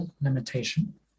limitation